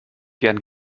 gerne